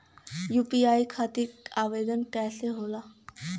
UPI खातिर आवेदन कैसे होला?